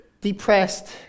depressed